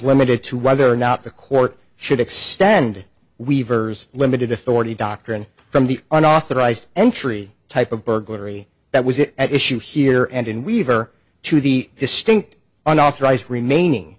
limited to whether or not the court should extend weaver's limited authority doctrine from the unauthorized entry type of burglary that was at issue here and in weaver to the distinct unauthorized remaining